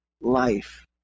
life